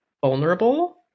vulnerable